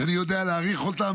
שאני יודע להעריך אותן,